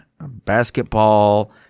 basketball